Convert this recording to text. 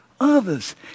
others